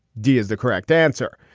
d is the correct answer.